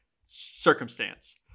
circumstance